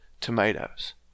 tomatoes